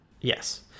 Yes